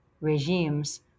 regimes